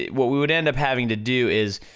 what we would end up having to do is,